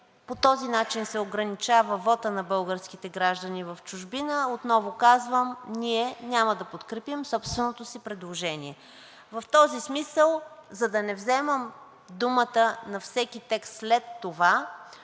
по този начин се ограничава вотът на българските граждани в чужбина, отново казвам: ние няма да подкрепим собственото си предложение. В този смисъл, за да не вземам думата на всеки текст след това,